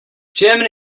german